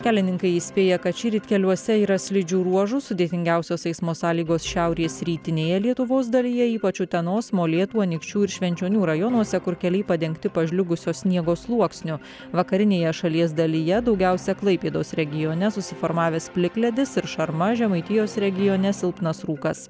kelininkai įspėja kad šįryt keliuose yra slidžių ruožų sudėtingiausios eismo sąlygos šiaurės rytinėje lietuvos dalyje ypač utenos molėtų anykščių ir švenčionių rajonuose kur keliai padengti pažliugusio sniego sluoksniu vakarinėje šalies dalyje daugiausia klaipėdos regione susiformavęs plikledis ir šarma žemaitijos regione silpnas rūkas